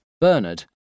Bernard